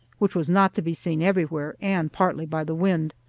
which was not to be seen everywhere, and partly by the wind.